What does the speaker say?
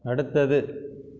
அடுத்தது